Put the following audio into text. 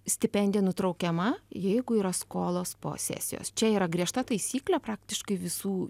stipendija nutraukiama jeigu yra skolos po sesijos čia yra griežta taisyklė praktiškai visų